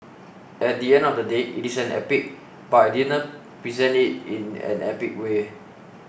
at the end of the day it is an epic but I didn't present it in an epic way